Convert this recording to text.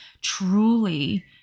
truly